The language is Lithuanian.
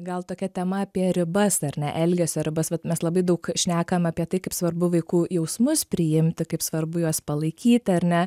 gal tokia tema apie ribas ar ne elgesio ribas vat mes labai daug šnekam apie tai kaip svarbu vaikų jausmus priimti kaip svarbu juos palaikyti ar ne